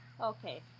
Okay